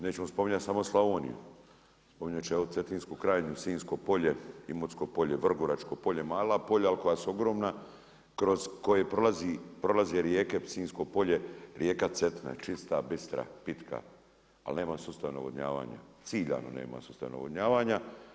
Nećemo spominjati samo Slavoniju, spominjat ću ja Cetinsku krajinu, Sinjsko polje, Imotsko polje, Vrgoračko polje, mala polja ali koja su ogromna kroz koje prolaze rijeke kroz Sinjsko polje rijeka Cetina, čista, bistra, pitka, ali nema sustav navodnjavanja, ciljano nema sustav navodnjavanja.